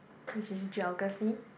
which is Geography